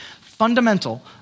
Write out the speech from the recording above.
fundamental